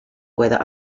whether